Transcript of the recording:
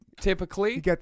typically